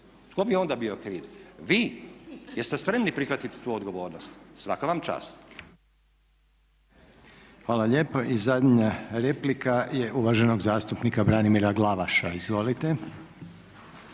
tko bi onda bio kriv? Vi? Jeste spremni prihvatiti tu odgovornost? Svaka vam čast.